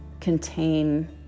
contain